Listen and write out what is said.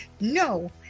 No